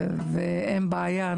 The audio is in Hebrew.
אין בעיה,